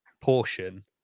portion